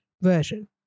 version